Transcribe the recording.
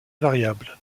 variable